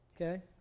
Okay